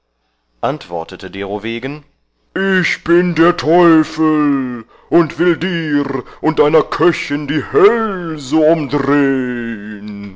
antwortete derowegen ich bin der teufel und will dir und deiner köchin die hälse